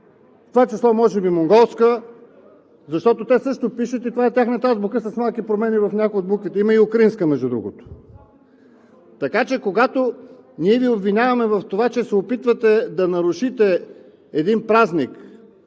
това число може би монголска, защото те също пишат и това е тяхната азбука с малки промени в някои от буквите. Има и украинска, между другото. Така че, когато ние Ви обвиняваме в това, че се опитвате да нарушите един празник,